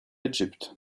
egypt